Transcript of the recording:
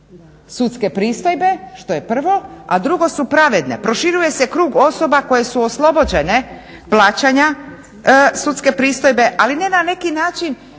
sudske pristojbe, što je prvo, a drugo su pravedne. Proširuje se krug osoba koje su oslobođene plaćanja sudske pristojbe, ali ne na neki način